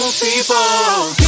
people